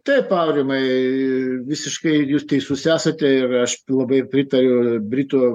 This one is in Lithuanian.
taip aurimai visiškai jūs teisus esate ir aš labai pritariu britų